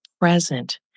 present